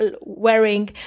wearing